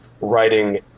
writing